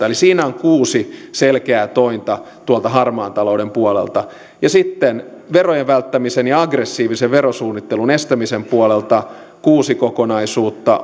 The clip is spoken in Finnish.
eli siinä on kuusi selkeää tointa harmaan talouden puolelta sitten verojen välttämisen ja aggressiivisen verosuunnittelun estämisen puolelta kuusi kokonaisuutta